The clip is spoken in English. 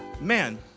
man